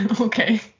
Okay